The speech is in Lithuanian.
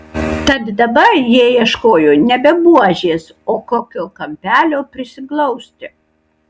tad dabar jie ieškojo nebe buožės o kokio kampelio prisiglausti